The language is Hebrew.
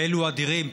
כאלו אדירים,